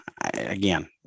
again